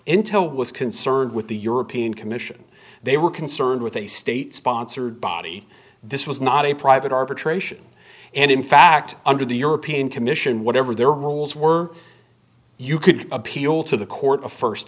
intel was concerned with the european commission they were concerned with a state sponsored body this was not a private arbitration and in fact under the european commission whatever their rules were you could appeal to the court